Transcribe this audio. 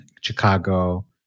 Chicago